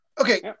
Okay